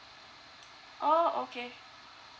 oh okay